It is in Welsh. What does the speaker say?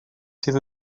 sydd